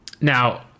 Now